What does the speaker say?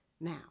now